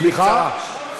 סליחה?